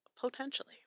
potentially